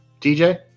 DJ